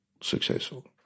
successful